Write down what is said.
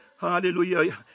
hallelujah